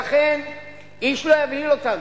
לכן איש לא יבהיל אותנו.